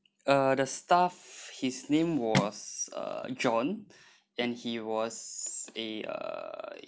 uh the staff his name was uh john and he was an uh